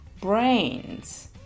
brains